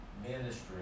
Ministry